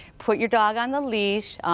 put your dog on the leash,